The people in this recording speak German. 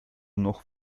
noch